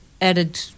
added